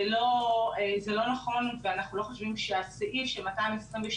זה לא נכון ואנחנו לא חושבים שהסעיף של 222